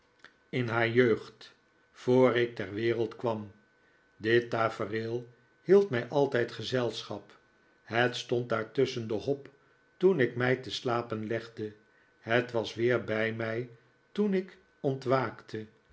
in haar jeugd voor ik ter wereld kwam dit tafereel hield mij altijd gezelschap het stond daar tusschen de hop toen ik mij te slapen legde het was weer bij mij toen ik ontwaakte